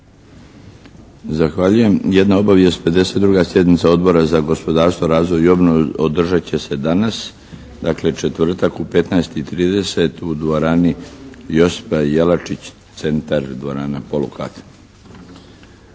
Zahvaljujem. Jedna obavijest, 52. sjednica Odbora za gospodarstvo, razvoj i obnovu održat će se danas, dakle četvrtak u 15 i 30 u dvorani "Josipa Jelačića" centar dvorana, polukat.